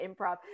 improv